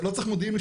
לא צריך מודיעין,